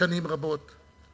שנים רבות,